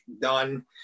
done